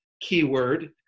keyword